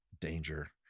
danger